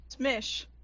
Smish